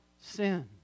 sin